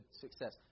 success